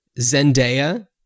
Zendaya